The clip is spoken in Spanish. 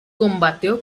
combatió